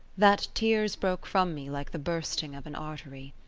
that tears broke from me like the bursting of an artery.